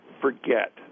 forget